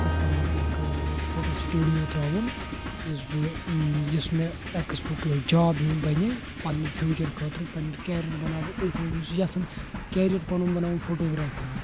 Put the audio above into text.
تہٕ پنُن اَکھ ٲں فوٹو سٹوڈیو ترٛاوُن یُس بہٕ یُس مےٚ اکہِ قٕسمُک یُہوے جاب ہیٛو بَنہِ پَننہِ فیٛوچر خٲطرٕ پَننہِ کیریر بناو بہٕ أتھۍ مَنٛز بہٕ چھُس یَژھان کیریر پَنُن بناوُن فوٹوگرٛافی مَنٛز